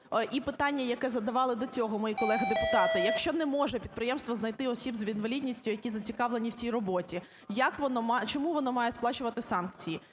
і питання, яке задавали до цього мої колеги депутати? Якщо не може підприємство знайти осіб з інвалідністю, які зацікавлені в цій роботі, чому воно має сплачувати санкції?